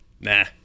nah